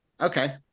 okay